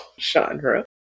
genre